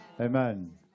Amen